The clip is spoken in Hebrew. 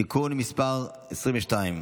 (תיקון מס' 22)